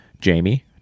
Jamie